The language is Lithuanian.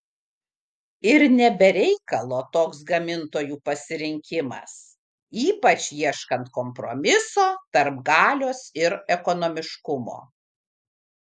ir ne be reikalo toks gamintojų pasirinkimas ypač ieškant kompromiso tarp galios ir ekonomiškumo